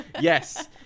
Yes